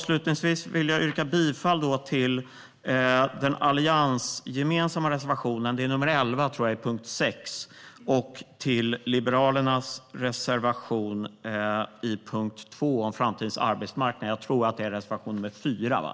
Slutligen vill jag yrka bifall till den alliansgemensamma reservationen nr 11 under punkt 6 och till Liberalernas reservation nr 4 under punkt 2 om framtidens arbetsmarknad.